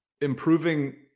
improving